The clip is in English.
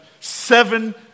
seven